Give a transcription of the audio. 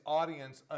audience